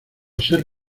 ser